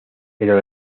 pero